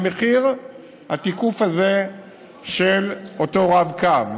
במחיר התיקוף הזה של אותו רב-קו.